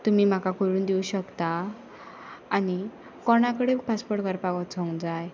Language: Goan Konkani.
तुमी म्हाका करून दिवं शकता आनी कोण कडेन पासपोर्ट करपाक वचोंक जाय